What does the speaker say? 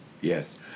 Yes